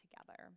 together